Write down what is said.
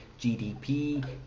GDP